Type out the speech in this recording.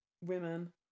women